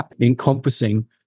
encompassing